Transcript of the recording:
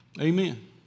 Amen